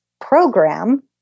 program